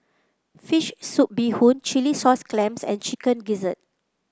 fish soup Bee Hoon Chilli Sauce Clams and Chicken Gizzard